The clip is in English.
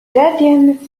guardian